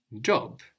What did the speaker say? job